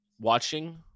watching